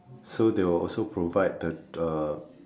so they will also provide the uh